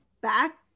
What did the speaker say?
back